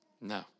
No